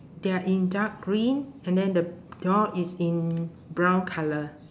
they are in dark green and then the door is in brown colour